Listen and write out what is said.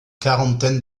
quarantaine